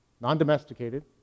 non-domesticated